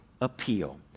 appeal